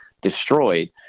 destroyed